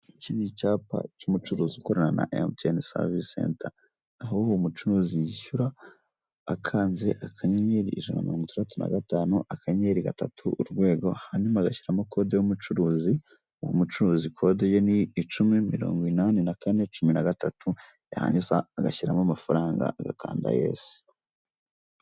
Iki ni icyapa cy'umucuruzi ukorana na mtn savise seta, aho umucuruzi yishyura akanze akanyenyeri ijana na mirongo itandatu na gatanu, akanyeneri gatatu urwego hanyuma agashyiramo kode y'umucuruzi. Uwo mucuruzi kode ye ni icumi, mirongo inani na kane cumi na gatatu yarangiza agashyiramo amafaranga agakanda yesi.